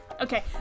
Okay